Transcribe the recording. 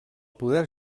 poder